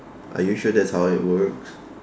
are you sure that's how it works